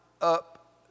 up